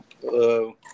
Hello